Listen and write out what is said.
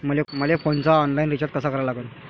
मले फोनचा online recharge कसा करा लागन?